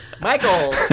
Michael